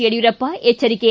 ಯಡಿಯೂರಪ್ಪ ಎಚ್ಚರಿಕೆ